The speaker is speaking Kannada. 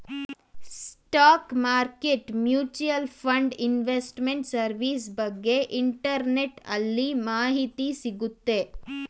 stock market mutual fund investment service ಬಗ್ಗೆ ಇಂಟರ್ನೆಟ್ಟಲ್ಲಿ ಮಾಹಿತಿ ಸಿಗುತ್ತೆ